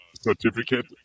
certificate